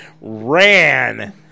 ran